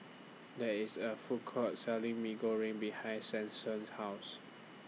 There IS A Food Court Selling Mee Goreng behind Stetson's House